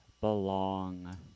belong